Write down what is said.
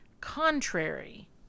contrary